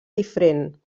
diferent